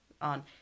on